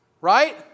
Right